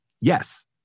Yes